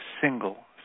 single